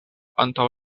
antaŭ